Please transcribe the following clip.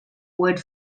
wood